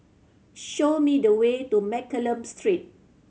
show me the way to Mccallum Street